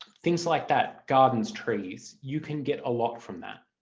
things like that, gardens, trees, you can get a lot from that.